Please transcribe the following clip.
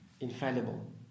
infallible